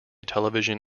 television